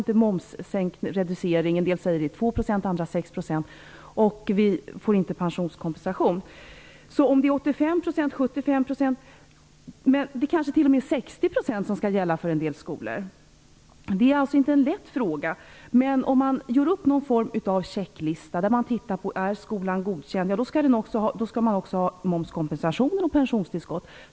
En del säger att det gäller 2 % medan andra talar om 6 %. De får inte heller pensionskompensation. Det kanske är 85 %, 75 % eller kanske t.o.m. 60 % som skall gälla för en del skolor. Det är således ingen lätt fråga. Man kan göra upp en checklista och se om skolan är godkänd. I så fall skall den ha momskompensation och pensionstillskott.